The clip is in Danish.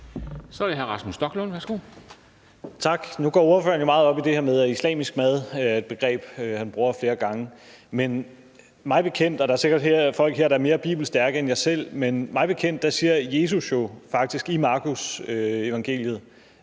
Kl. 11:00 Rasmus Stoklund (S): Tak. Nu går ordføreren jo meget op i det her med islamisk mad; det er et begreb, han bruger flere gange. Der er sikkert folk her, der er mere bibelstærke end jeg selv, men mig bekendt siger Jesus jo faktisk i Markusevangeliet,